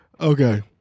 Okay